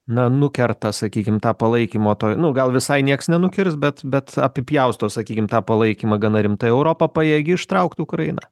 nua nukerta sakykim tą palaikymo toj nu gal visai nieks nenukirs bet bet apipjausto sakykim tą palaikymą gana rimtai europa pajėgi ištraukt ukrainą